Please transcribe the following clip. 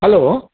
hello